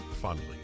fondly